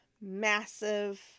massive